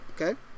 Okay